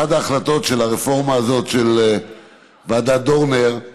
אחת ההחלטות ברפורמה הזאת של ועדת דורנר היא